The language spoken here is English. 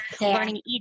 learning